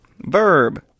Verb